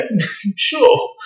sure